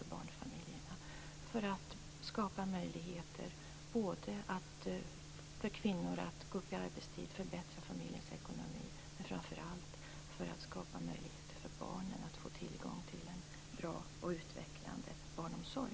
Detta är tänkt att skapa möjligheter för kvinnor att gå upp i arbetstid och förbättra familjens ekonomi. Framför allt skall det dock skapa möjligheter för barnen att få tillgång till en bra och utvecklande barnomsorg.